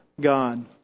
God